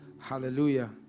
Hallelujah